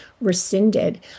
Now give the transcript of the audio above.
rescinded